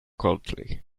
coldly